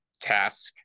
task